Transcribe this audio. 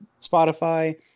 Spotify